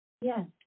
yes